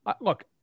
Look